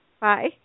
bye